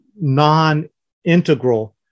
non-integral